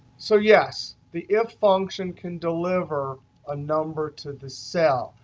so yes, the if function can deliver a number to the cell.